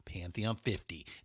Pantheon50